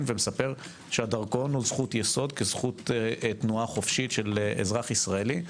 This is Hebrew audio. ומספר שהדרכון הוא זכות יסוד כזכות תנועה חופשית של אזרח ישראלי.